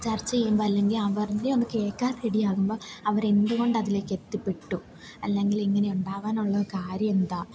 ചർച്ച ചെയ്യുമ്പോൾ അല്ലെങ്കിൽ അവരുടെ ഒന്ന് കേൾക്കാൻ റെഡിയാകുമ്പം അവരെന്ത് കൊണ്ടതിലേക്കെത്തിപ്പെട്ടു അല്ലെങ്കിലിങ്ങനെ ഉണ്ടാകാനുള്ള കാര്യം എന്താ